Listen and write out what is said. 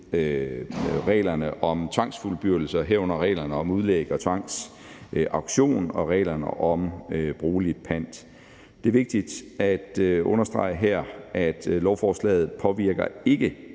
reglerne om tvangsfuldbyrdelse, herunder reglerne om udlæg og tvangsauktion og reglerne om boligpant. Det er vigtigt at understrege her, at lovforslaget ikke